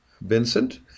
Vincent